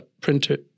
printer